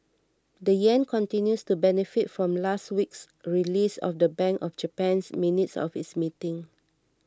the yen continues to benefit from last week's release of the Bank of Japan's minutes of its meeting